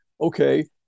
okay